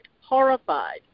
horrified